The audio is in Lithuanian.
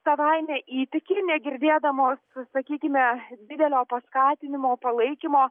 savaime įtiki negirdėdamos sakykime didelio paskatinimo palaikymo